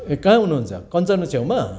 कहाँ हुनुहुन्छ कञ्चनको छेउमा